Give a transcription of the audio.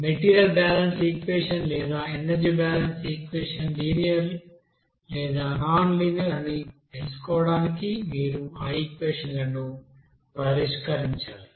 material balance equation లేదా energy balance equation linear లేదా non linear అని తెలుసుకోవడానికి మీరు ఆ ఈక్వెషన్ లను పరిష్కరించాలి